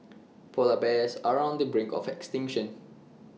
Polar Bears are on the brink of extinction